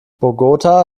bogotá